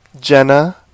jenna